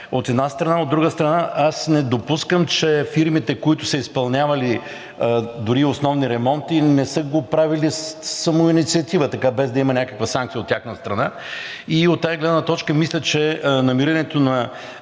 от една страна. От друга страна, аз не допускам, че фирмите, които са изпълнявали дори и основни ремонти, не са го правили със самоинициатива, без да има някаква санкция от тяхна страна. От тази гледна точка мисля, че намирането на